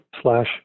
slash